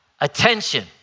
attention